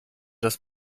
das